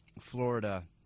Florida